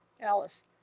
Alice